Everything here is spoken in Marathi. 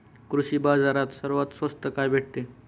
कृषी बाजारात सर्वात स्वस्त काय भेटते?